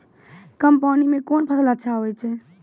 कम पानी म कोन फसल अच्छाहोय छै?